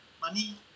Money